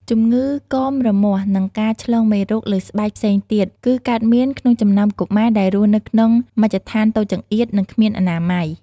ជម្ងឺកមរមាស់ និងការឆ្លងមេរោគលើស្បែកផ្សេងទៀតគឺកើតមានក្នុងចំណោមកុមារដែលរស់នៅក្នុងមជ្ឈដ្ឋានតូចចង្អៀត និង គ្មានអនាម័យ។